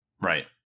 Right